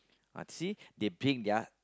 ah see they pink their